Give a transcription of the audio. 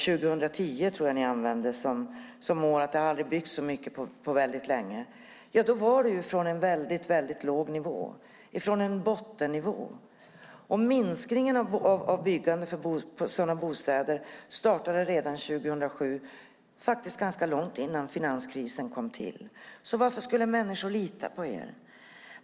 År 2010 tror jag att ni använder som mått och säger att det aldrig byggts så mycket eller på väldigt länge. Ja, då var det från en mycket låg nivå, från en bottennivå. Minskningen av byggandet av sådana bostäder startade redan 2007, ganska långt innan finanskrisen kom. Varför skulle människor lita på er?